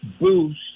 boost